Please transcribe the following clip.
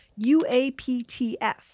UAPTF